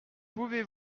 pouvez